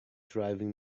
driving